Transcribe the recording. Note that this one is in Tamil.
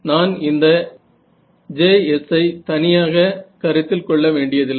நான் இந்த Js ஐ தனியாக கருத்தில் கொள்ள வேண்டியதில்லை